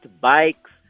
bikes